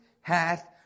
hath